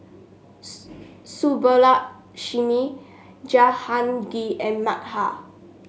Subbulakshmi Jahangir and Medha